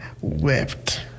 wept